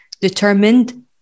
determined